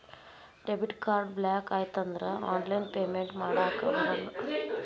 debit card block ಆಯ್ತಂದ್ರ online payment ಮಾಡಾಕಬರಲ್ಲ